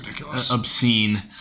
obscene